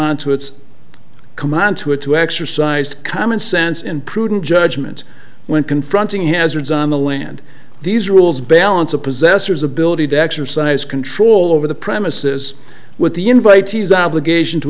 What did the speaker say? onto its command to it to exercise common sense in prudent judgment when confronting hazards on the land these rules balance of possessors ability to exercise control over the premises with the invitees obligation to